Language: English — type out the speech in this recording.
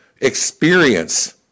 experience